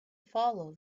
follow